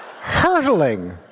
hurtling